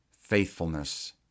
faithfulness